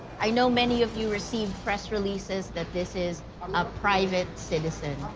i know many of you received press releases that this is a private citizen.